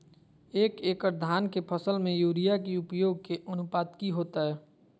एक एकड़ धान के फसल में यूरिया के उपयोग के अनुपात की होतय?